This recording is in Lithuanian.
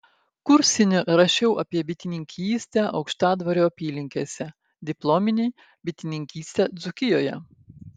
kursinį rašiau apie bitininkystę aukštadvario apylinkėse diplominį bitininkystę dzūkijoje